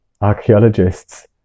archaeologists